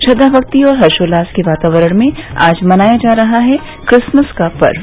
श्रद्दा भक्ति और हर्षोल्लास के वातावरण में आज मनाया जा रहा है क्रिसमस का पर्व